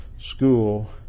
school